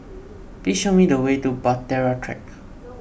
please show me the way to Bahtera Track